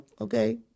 okay